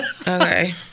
Okay